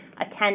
attend